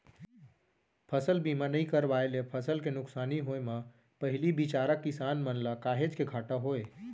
फसल बीमा नइ करवाए ले फसल के नुकसानी होय म पहिली बिचारा किसान मन ल काहेच के घाटा होय